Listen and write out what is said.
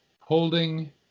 holding